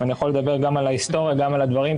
אני יכול לדבר גם על ההיסטוריה, גם על הדברים.